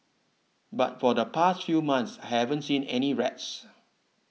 but for the past few months haven't seen any rats